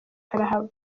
karahava